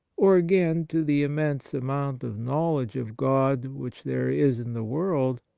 or, again, to the immense amount of knowledge of god which there is in the world,